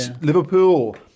Liverpool